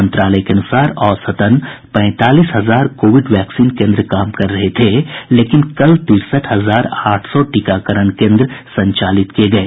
मंत्रालय के अनुसार औसतन पैंतालीस हजार कोविड वैक्सीन केन्द्र काम कर रहे थे लेकिन कल तिरसठ हजार आठ सौ टीकाकरण केन्द्र संचालित किये गये